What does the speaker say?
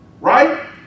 Right